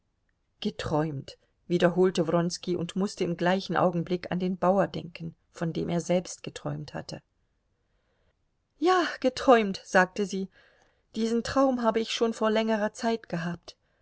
geträumt wiederholte wronski und mußte im gleichen augenblick an den bauer denken von dem er selbst geträumt hatte ja geträumt sagte sie diesen traum habe ich schon vor längerer zeit gehabt